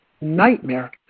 nightmare